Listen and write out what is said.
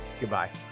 Goodbye